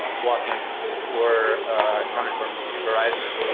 blockings were coming from verizon.